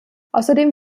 außerdem